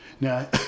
Now